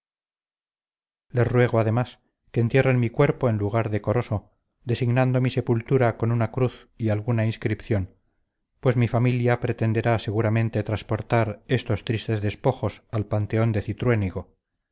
les ruego además que entierren mi cuerpo en lugar decoroso designando mi sepultura con una cruz y alguna inscripción pues mi familia pretenderá seguramente transportar estos tristes despojos al panteón de cintruénigo